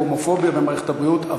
הומופוביה במערכת הבריאות,